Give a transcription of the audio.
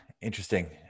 Interesting